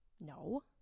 No